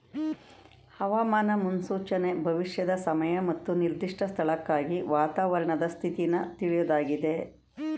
ಹವಾಮಾನ ಮುನ್ಸೂಚನೆ ಭವಿಷ್ಯದ ಸಮಯ ಮತ್ತು ನಿರ್ದಿಷ್ಟ ಸ್ಥಳಕ್ಕಾಗಿ ವಾತಾವರಣದ ಸ್ಥಿತಿನ ತಿಳ್ಯೋದಾಗಿದೆ